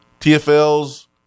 TFL's